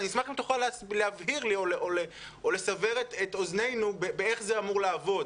ואני אשמח אם תוכל להבהיר לי או לסבר את אוזנינו באיך זה אמור לעבוד,